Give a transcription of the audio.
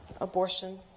abortion